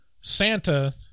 Santa